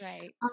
Right